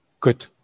Good